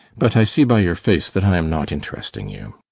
but i see by your face that i am not interesting you.